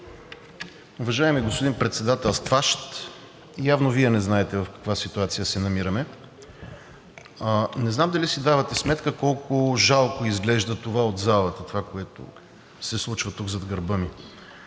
Уважаеми господин Председателстващ, явно Вие не знаете в каква ситуация се намираме. Не знам дали си давате сметка колко жалко изглежда от залата това, което се случва тук, зад гърба ми.